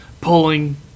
pulling